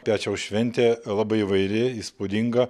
pečiaus šventė labai įvairi įspūdinga